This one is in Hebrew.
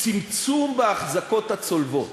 צמצום באחזקות הצולבות.